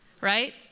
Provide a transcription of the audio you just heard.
right